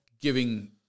giving